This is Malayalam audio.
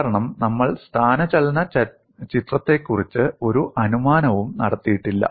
കാരണം നമ്മൾ സ്ഥാനചലന ചിത്രത്തെക്കുറിച്ച് ഒരു അനുമാനവും നടത്തിയിട്ടില്ല